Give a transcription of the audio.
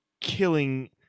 killing